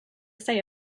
say